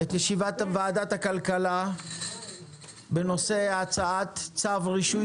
אני מתחיל את ישיבת ועדת הכלכלה בנושא הצעת צו רישוי